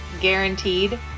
guaranteed